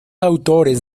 autores